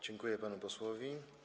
Dziękuję panu posłowi.